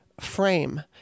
frame